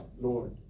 Lord